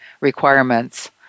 requirements